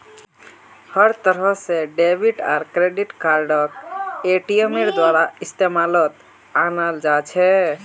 हर तरह से डेबिट आर क्रेडिट कार्डक एटीएमेर द्वारा इस्तेमालत अनाल जा छे